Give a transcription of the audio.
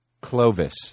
Clovis